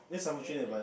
is either friend